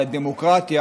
על הדמוקרטיה,